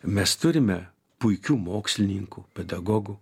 mes turime puikių mokslininkų pedagogų